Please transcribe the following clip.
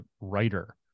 writer